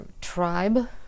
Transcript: tribe